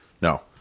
No